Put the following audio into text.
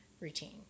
routine